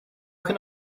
can